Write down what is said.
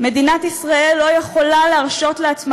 מדינת ישראל לא יכולה להרשות לעצמה